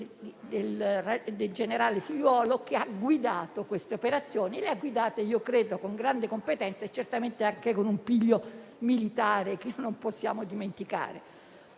del generale Figliuolo, che ha guidato queste operazioni e lo ha fatto - credo - con grande competenza e certamente anche con un piglio militare che non possiamo dimenticare.